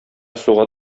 суга